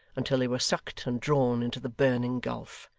until they were sucked and drawn into the burning gulf.